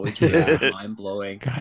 mind-blowing